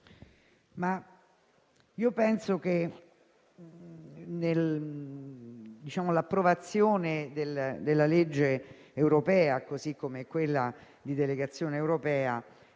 penso che l'approvazione della legge europea così come di quella di delegazione europea